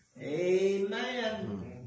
Amen